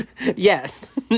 Yes